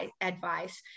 advice